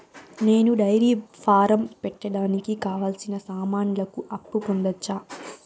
నేను dairy farm పెట్టడానికి కావాల్సిన సామాన్లకు అప్పు పొందొచ్చా?